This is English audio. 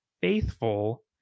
faithful